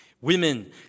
Women